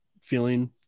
feeling